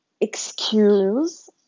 excuse